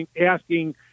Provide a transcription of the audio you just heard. asking